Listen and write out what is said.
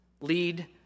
lead